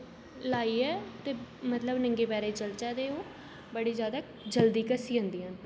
लाइयै ते मतलब नंगे पैरें चलचै ते ओह् बड़ी जादा जल्दी घस्सी जंदियां न